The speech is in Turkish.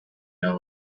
yağ